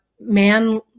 man